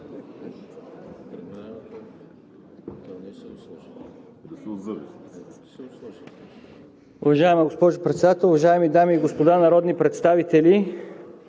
Уважаема госпожо Председател, уважаеми дами и господа народни представители!